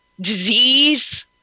disease